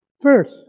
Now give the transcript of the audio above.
first